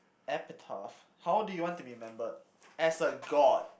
epitaph how do you want to be remembered as a god